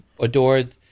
adored